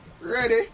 Ready